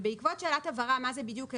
בעקבות שאלת הבהרה מה זה בדיוק אירופה?